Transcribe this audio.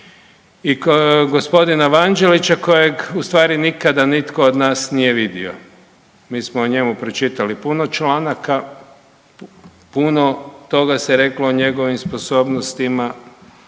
i g. Vanđelića kojeg ustvari nikada nitko od nas nije vidio. Mi smo o njemu pročitali puno članaka, puno toga se reklo o njegovim sposobnostima,